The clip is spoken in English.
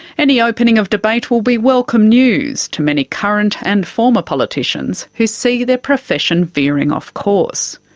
any opening of debate will be welcome news to many current and former politicians who see their profession veering off course.